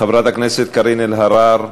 חברת הכנסת קארין אלהרר,